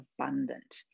abundant